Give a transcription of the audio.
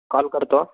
call करतो